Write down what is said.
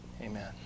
Amen